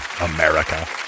America